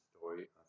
story